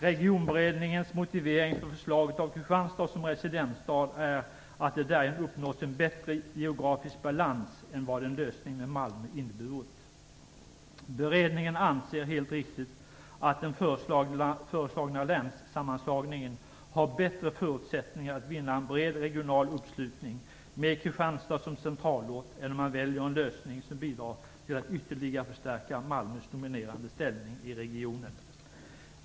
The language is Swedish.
Regionberedningens motivering för förslaget av Kristianstad som residensstad är att det därigenom uppnås en bättre geografisk balans än vad en lösning med Malmö hade inneburit. Beredningen anser, helt riktigt, att den föreslagna länssammanslagningen har bättre förutsättningar att vinna en bred regional uppslutning med Kristianstad som centralort än om man väljer en lösning som bidrar till att ytterligare förstärka Malmös dominerande ställning i regionen.